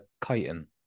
chitin